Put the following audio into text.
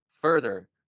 further